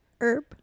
Herb